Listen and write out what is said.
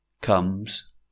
comes